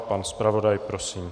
Pan zpravodaj, prosím.